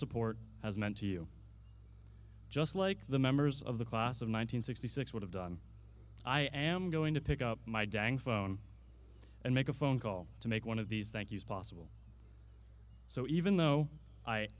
support has meant to you just like the members of the class of nine hundred sixty six would have done i am going to pick up my dang phone and make a phone call to make one of these thank you's possible so even though i